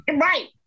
Right